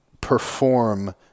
perform